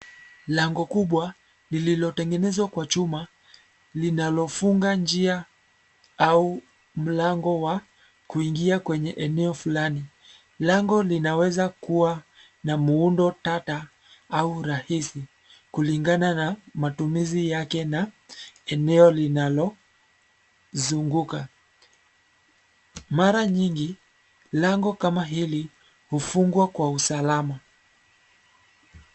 Lango kubwa, lililotengenezwa kwa chuma, linalofunga njia, au, mlango wa, kuingia kwenye eneo fulani, lango linaweza kuwa, na muundo tata, au rahisi, kulingana na, matumizi yake na, eneo linalozunguka, mara nyingi, lango kama hili, hufungwa kwa usalama.